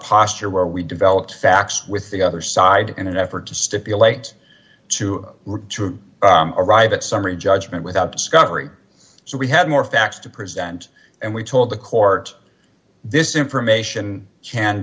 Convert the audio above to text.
your where we developed facts with the other side in an effort to stipulate to to arrive at summary judgment without discovery so we had more facts to present and we told the court this information can